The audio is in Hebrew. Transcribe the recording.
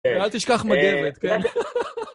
אל תשכח מגבת, כן?